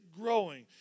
growing